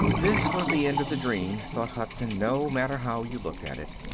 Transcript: this was the end of the dream, thought hudson, no matter how you looked at it.